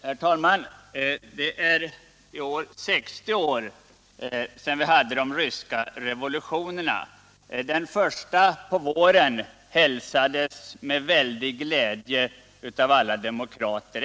Herr talman! Det är i år 60 år sedan de ryska revolutionerna ägde rum. Den första på våren hälsades med väldig glädje av alla demokrater.